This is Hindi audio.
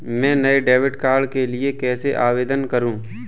मैं नए डेबिट कार्ड के लिए कैसे आवेदन करूं?